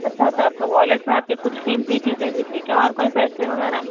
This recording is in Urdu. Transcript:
اچھا تو آپ کا وایلٹ میں آپ کے کچھ قیمتی چیزیں بھی تھے کیا اور کوئی پیسے وغیرہ